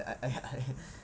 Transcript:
I I I